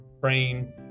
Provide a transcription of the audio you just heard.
brain